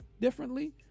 differently